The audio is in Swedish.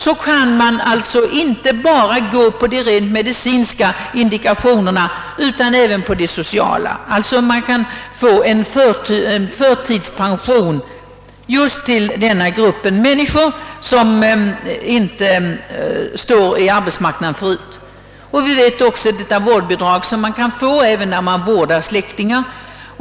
Man kan alltså inte bara ta hänsyn till rent medicinska indikationer utan även sociala. Den grupp människor som inte varit ute på arbetsmarknaden förut kan alltså få förtidspension. Vårdbidrag kan också utgå, även när man vårdar släktingar.